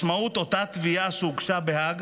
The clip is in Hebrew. משמעות אותה תביעה שהוגשה בהאג